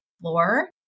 floor